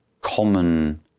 common